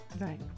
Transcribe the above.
Right